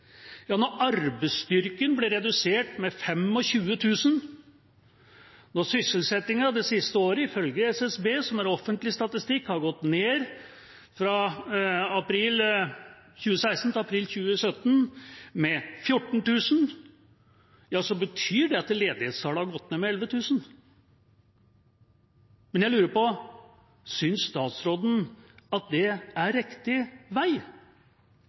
Når arbeidsstyrken ble redusert med 25 000 og sysselsettingen det siste året ifølge SSB, som er offentlig statistikk, har gått ned med 14 000 fra april 2016 til april 2017, betyr det at ledighetstallet har gått ned med 11 000. Men jeg lurer på om statsråden mener at det er riktig vei